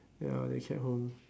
ya then we come home